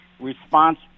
response